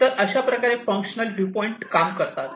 तर अशाप्रकारे functional view point काम करतात